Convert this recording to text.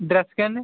డ్రెస్కి అండి